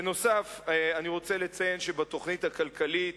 נוסף על כך אני רוצה לציין שבתוכנית הכלכלית,